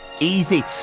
easy